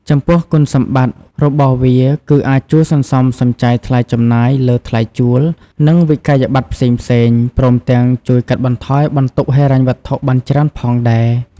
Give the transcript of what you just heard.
ចំពោះគុណសម្បត្តិរបស់វាគឺអាចជួយសន្សំសំចៃថ្លៃចំណាយលើថ្លៃជួល និងវិក្កយបត្រផ្សេងៗ ព្រមទាំងជួយកាត់បន្ថយបន្ទុកហិរញ្ញវត្ថុបានច្រើនផងដែរ ។